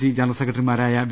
C general സെക്രട്ടറിമാരായ V